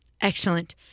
Excellent